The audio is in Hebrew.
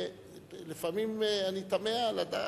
לפעמים אני תמה לדעת,